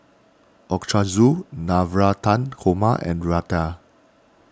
Navratan Korma and Raita